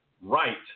right